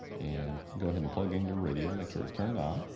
and go ahead and plug in your radio make sure it's turned on,